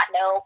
no